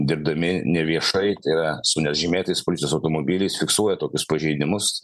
dirbdami neviešai tai yra su nežymėtais policijos automobiliais fiksuoja tokius pažeidimus